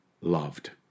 loved